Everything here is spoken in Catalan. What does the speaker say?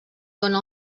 dóna